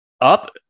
up